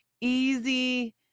easy